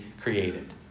created